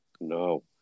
No